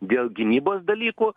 dėl gynybos dalykų